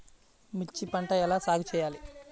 మిర్చి పంట ఎలా సాగు చేయాలి?